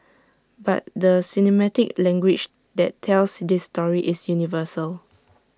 but the cinematic language that tells this story is universal